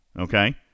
Okay